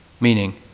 meaning